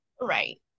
Right